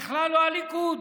בכלל לא הליכוד,